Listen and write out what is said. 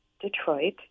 Detroit